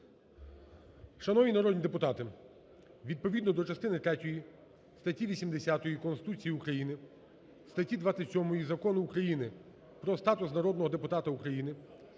Шановні народні депутати! Відповідно до частини третьої статті 80 Конституції України, статті 27 Закону України "Про статус народного депутата України"